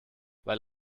weil